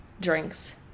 drinks